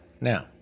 Now